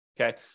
okay